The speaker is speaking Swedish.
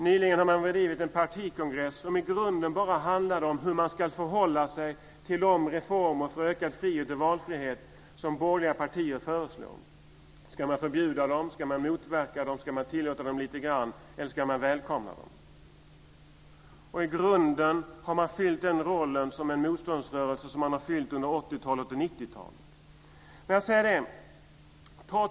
Nyligen har ni genomdrivit en partikongress som i grunden bara handlade om hur man ska förhålla sig till de reformer för ökad frihet och valfrihet som borgerliga partier föreslår - ska man förbjuda dem, ska man motverka dem, ska man tillåta dem lite grann eller ska man välkomna dem? I grunden har man fyllt den roll som en motståndsrörelse som man har fyllt under 80-talet och 90-talet.